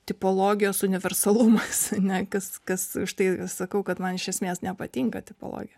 tipologijos universalumas ane kas kas užtai sakau kad man iš esmės nepatinka tipologija